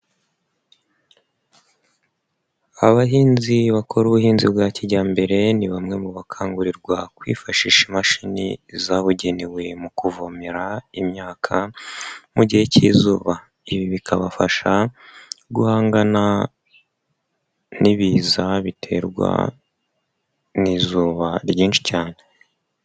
Abahinzi bakora ubuhinzi bwa kijyambere ni bamwe mu bakangurirwa kwifashisha imashini zabugenewe mu kuvomerara imyaka mu gihe cy'izuba, ibi bikabafasha guhangana n'ibiza biterwa n'izuba ryinshi cyane.